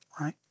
right